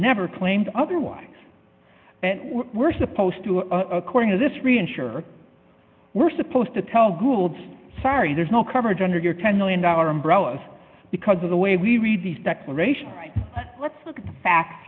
never claimed otherwise were supposed to according to this reinsurer were supposed to tell gould sorry there's no coverage under your ten million dollars umbrellas because of the way we read these declarations let's look at the facts